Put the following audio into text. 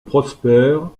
prospère